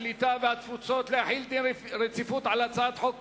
הקליטה והתפוצות להחיל דין רציפות על הצעת חוק